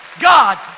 God